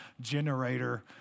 generator